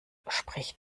spricht